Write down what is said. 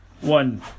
one